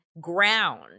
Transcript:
ground